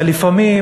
אבל לפעמים,